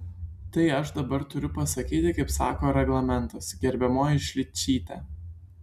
tai aš dabar turiu pasakyti kaip sako reglamentas gerbiamoji šličyte